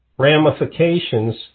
ramifications